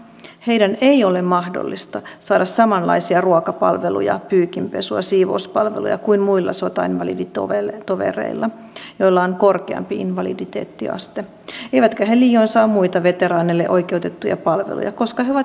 heidän ei ole mahdollista saada samanlaisia ruokapalveluja pyykinpesua siivouspalveluja kuin muilla sotainvaliditovereilla joilla on korkeampi invaliditeettiaste eivätkä he liioin saa muita veteraaneille oikeutettuja palveluja koska he ovat invalideja